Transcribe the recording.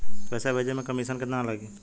पैसा भेजे में कमिशन केतना लागि?